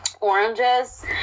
oranges